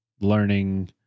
learning